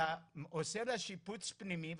אתה עושה לה שיפוץ פנימי,